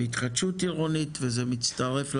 התחדשות עירונית וזה מצטרף למאמצים.